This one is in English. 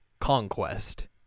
ConQuest